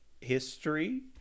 history